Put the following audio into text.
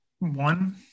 one